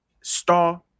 star